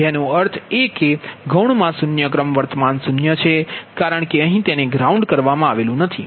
તેનો અર્થ એ કે ગૌણમાં શૂન્ય ક્રમ વર્તમાન 0 છે કારણ કે અહી તેને ગ્રાઉન્ડ કરવામાં આવેલુ નથી